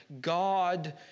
God